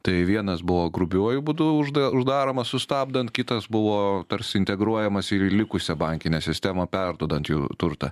tai vienas buvo grubiuoju būdu užda uždaroma sustabdant kitas buvo tarsi integruojamas į likusią bankinę sistemą perduodant jų turtą